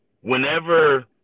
whenever